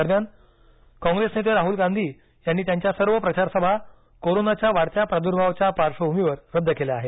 दरम्यान कॉग्रेस नेते राहुल गांधी यांनी त्यांच्या सर्व प्रचार सभा कोरोनाच्या वाढत्या प्रादुर्भावाच्या पार्श्वभूमीवर रद्द केल्या आहेत